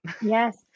Yes